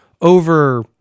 over